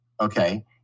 Okay